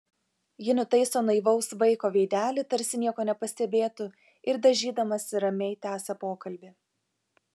ji nutaiso naivaus vaiko veidelį tarsi nieko nepastebėtų ir dažydamasi ramiai tęsia pokalbį